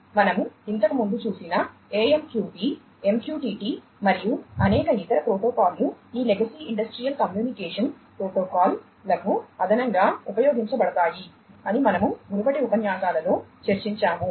మనము ఇంతకుముందు చుసిన AMQP MQTT మరియు అనేక ఇతర ప్రోటోకాల్లు ఈ లెగసీ ఇండస్ట్రియల్ కమ్యూనికేషన్ ప్రోటోకాల్ లకు అదనంగా ఉపయోగించబడతాయి అని మనము మునుపటి ఉపన్యాసాలలో చర్చించాము